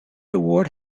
award